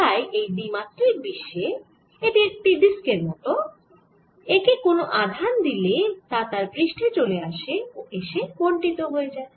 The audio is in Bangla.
তাই এই দ্বিমাত্রিক বিশ্বে এটি একটি ডিস্কের মত ও একে কোন আধান দিলে তা তার পৃষ্ঠে চলে এসে বণ্টিত হয়ে যায়